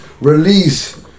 release